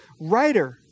writer